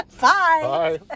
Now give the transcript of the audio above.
bye